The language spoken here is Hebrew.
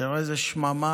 תראה איזו שממה,